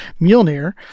Mjolnir